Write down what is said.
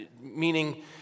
meaning